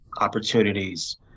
opportunities